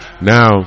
Now